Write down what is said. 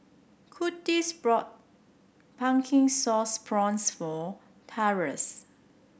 Kurtis brought Pumpkin Sauce Prawns for Taurus